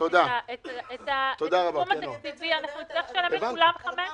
אבל זה דבר שצריך לתקן אותו בנוסח.